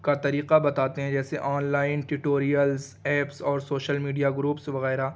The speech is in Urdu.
کا طریقہ بتاتے ہیں جیسے آن لائن ٹیٹوریلس ایپس اور سوشل میڈیا گروپس وغیرہ